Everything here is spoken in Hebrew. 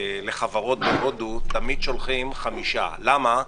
לחברות בהודו תמיד שולחים חמישה, למה?